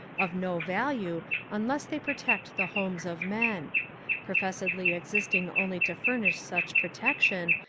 of no value unless they protect the homes of men professedly existing only to furnish such protection,